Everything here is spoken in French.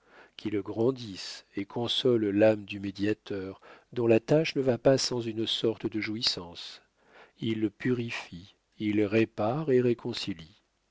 qui le grandissent et consolent l'âme du médiateur dont la tâche ne va pas sans une sorte de jouissance il purifie il répare et réconcilie